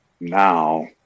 now